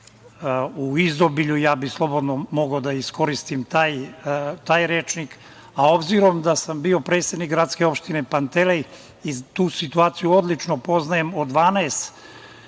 u izobilju. Ja bih slobodno mogao da iskoristim taj rečnik, a obzirom da sam bio predsednik gradske opštine Pantelej i tu situaciju odlično poznajem, od 12